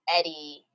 Eddie